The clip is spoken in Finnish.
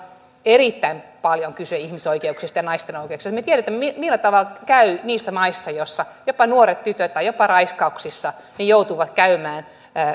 erittäin paljon kyse ihmisoikeuksista ja naisten oikeuksista me tiedämme millä tavalla käy niissä maissa joissa nuoret tytöt jopa raiskauksissa joutuvat